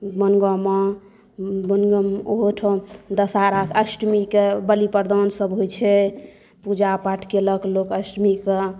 वनगाँवमे ओहोठाम दशहरा अष्टमीक बलि प्रदानसभ होइ छै पूजा पाठ केलक लोक अष्टमीकेॅं